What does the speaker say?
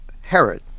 Herod